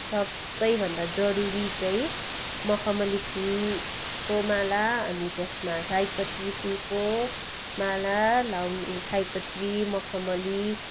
सबैभन्दा जरुरी चाहिँ मखमली फुलको माला अनि त्यसमा सयपत्री फुलको माला लाउ सयपत्री मखमली